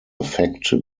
affect